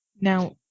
Now